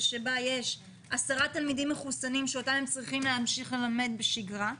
שבה יש 10 תלמידים מחוסנים שאותם הם צריכים להמשיך ללמד בשגרה,